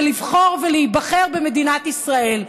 ולבחור ולהיבחר במדינת ישראל.